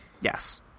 Yes